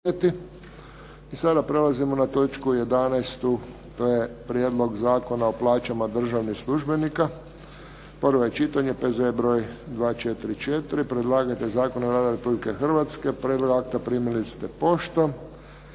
I sada prelazimo na točku 11., to je - Prijedlog zakona o plaćama državnih službenika, prvo čitanje, P.Z.E. br. 244 Predlagatelj zakona je Vlada Republike Hrvatske. Prijedlog akta primili ste poštom.